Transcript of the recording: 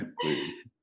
Please